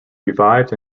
revived